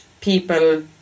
people